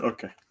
Okay